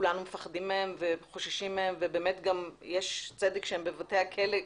כולנו מפחדים מהם וחוששים מהם ובאמת גם יש צדק שהם בבתי הכלא.